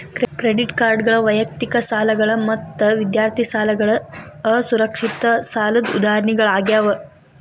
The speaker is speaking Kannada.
ಕ್ರೆಡಿಟ್ ಕಾರ್ಡ್ಗಳ ವೈಯಕ್ತಿಕ ಸಾಲಗಳ ಮತ್ತ ವಿದ್ಯಾರ್ಥಿ ಸಾಲಗಳ ಅಸುರಕ್ಷಿತ ಸಾಲದ್ ಉದಾಹರಣಿಗಳಾಗ್ಯಾವ